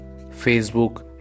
Facebook